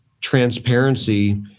transparency